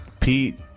Pete